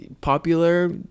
popular